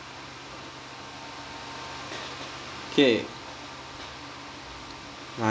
K